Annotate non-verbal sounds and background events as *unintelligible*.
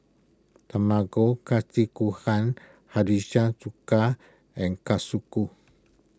Tamago *unintelligible* Gohan *unintelligible* Chuka and *unintelligible*